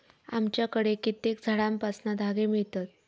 आमच्याकडे कित्येक झाडांपासना धागे मिळतत